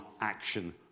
action